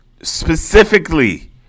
specifically